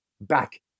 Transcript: back